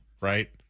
Right